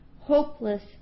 hopeless